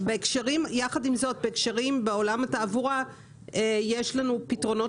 בהקשרים בעולם התעבורה יש לנו פתרונות